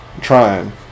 Trying